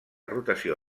rotació